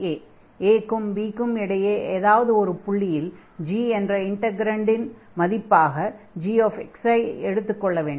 a க்கும் b க்கும் இடையே ஏதாவது ஒரு புள்ளியில் g என்ற இன்டக்ரன்டின் மதிப்பாக gξ ஐ எடுத்துக் கொள்ள வேண்டும்